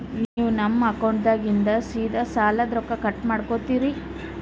ನೀವು ನಮ್ಮ ಅಕೌಂಟದಾಗಿಂದ ಸೀದಾ ಸಾಲದ ರೊಕ್ಕ ಕಟ್ ಮಾಡ್ಕೋತೀರಿ?